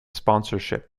sponsorship